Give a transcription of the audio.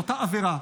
אותה עבירה,